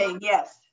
yes